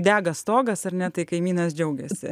dega stogas ar ne tai kaimynas džiaugiasi